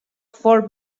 ford